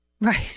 Right